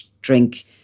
drink